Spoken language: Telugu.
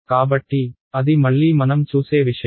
కాబట్టి అది మళ్లీ మనం చూసే విషయం